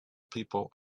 people